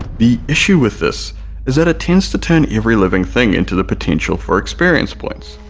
the issue with this is that it tends to turn every living thing into the potential for experience points,